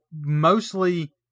mostly